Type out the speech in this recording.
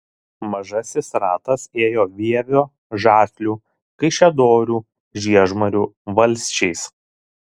mažasis ratas ėjo vievio žaslių kaišiadorių žiežmarių valsčiais